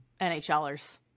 NHLers